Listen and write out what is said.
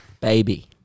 baby